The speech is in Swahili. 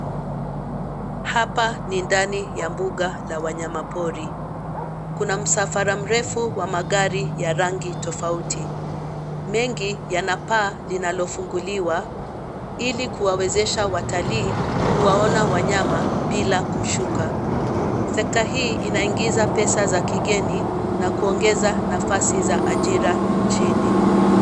Hapa ni ndani ya mbuga na wanyama pori. Kuna msafara mrefu wa magari ya rangi tofauti. Mengi yanapaa linalofunguliwa, ili kuwawezesha watalii, kuwaona wanyama, bila kushuka. Sekta hii inaingiza pesa za kigeni, na kuongeza nafasi za ajira nchini.